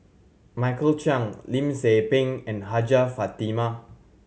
Michael Chiang Lim Tze Peng and Hajjah Fatimah